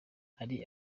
hari